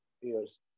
years